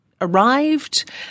arrived